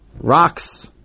rocks